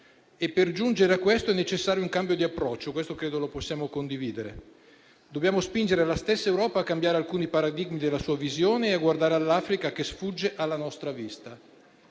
Per giungere a questo è necessario un cambio di approccio e credo che questo lo possiamo condividere. Dobbiamo spingere la stessa Europa a cambiare alcuni paradigmi della sua visione e a guardare all'Africa che sfugge alla nostra vista.